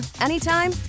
anytime